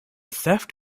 theft